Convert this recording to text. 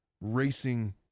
racing